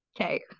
okay